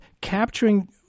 capturing